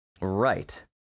Right